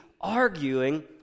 arguing